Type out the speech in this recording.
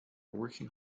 working